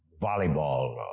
volleyball